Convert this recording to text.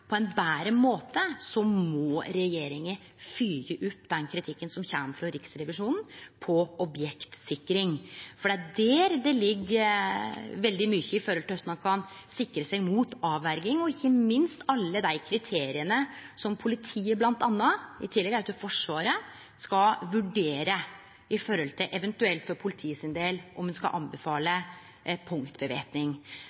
på ein betre måte må regjeringa følgje opp kritikken som kjem frå Riksrevisjonen om objektsikring. Det er der det ligg veldig mykje som gjeld korleis ein kan sikre seg mot terrorangrep, og ikkje minst om alle dei kriteria som bl.a. politiet, i tillegg til Forsvaret, skal vurdere om ein eventuelt